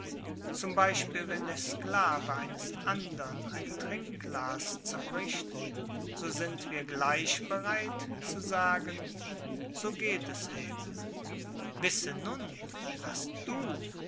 z b wenn der sklave eines andern ein trinkglas zerbricht so sind wir gleich bereit zu sagen so geht es eben wisse nun daß du